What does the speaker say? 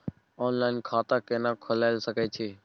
Online खाता केना खोले सकै छी?